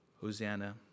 Hosanna